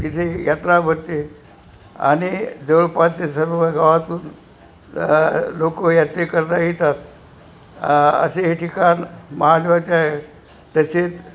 तिथे यात्रा भरते आणि जवळपासचे सर्व गावातून लोक यात्रे करता येतात असे हे ठिकाण महादवाचे तसेच